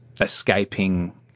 escaping